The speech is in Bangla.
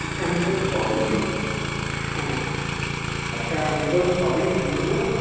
আচ্ছা আমি তো সবই হ্যাঁ আচ্ছা আমি তো সবই বুঝলাম